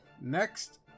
Next